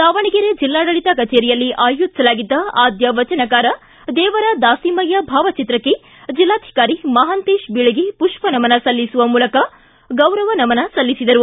ದಾವಣಗೆರೆ ಜಿಲ್ಲಾಡಳಿತ ಕಚೇರಿಯಲ್ಲಿ ಆಯೋಜಿಸಲಾಗಿದ್ದ ಆದ್ಯ ವಚನಕಾರ ದೇವರ ದಾಸಿಮಯ್ಯ ಭಾವಚಿತ್ರಕ್ಕೆ ಜಿಲ್ಲಾಧಿಕಾರಿ ಮಹಾಂತೇಶ್ ಬೀಳಗಿ ಮಷ್ಪ ನಮನ ಸಲ್ಲಿಸುವ ಗೌರವ ನಮನ ಸಲ್ಲಿಸಿದರು